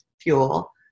fuel